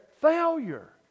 failure